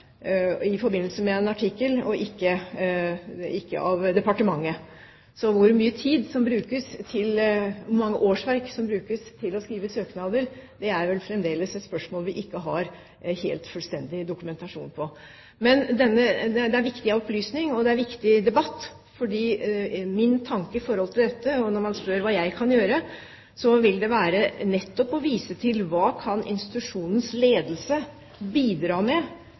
i forbindelse med en artikkel og ikke av departementet. Hvor mange årsverk som brukes til å skrive søknader, er vel fremdeles et spørsmål vi ikke har en helt fullstendig dokumentasjon på. Men det er en viktig opplysning og en viktig debatt. Min tanke om dette, når man spør hva jeg kan gjøre, er å vise til hva institusjonens ledelse kan bidra med,